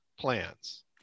plans